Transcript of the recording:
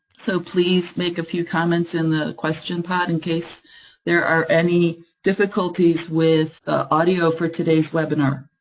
so please make a few comments in the question pod, in case there are any difficulties with the audio for today's webinar.